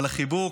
על החיבוק,